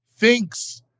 thinks